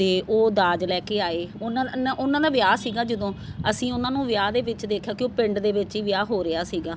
ਅਤੇ ਉਹ ਦਾਜ ਲੈ ਕੇ ਆਏ ਉਹਨਾਂ ਉਹਨਾਂ ਦਾ ਵਿਆਹ ਸੀਗਾ ਜਦੋਂ ਅਸੀਂ ਉਹਨਾਂ ਨੂੰ ਵਿਆਹ ਦੇ ਵਿੱਚ ਦੇਖਿਆ ਕਿ ਉਹ ਪਿੰਡ ਦੇ ਵਿੱਚ ਹੀ ਵਿਆਹ ਹੋ ਰਿਹਾ ਸੀਗਾ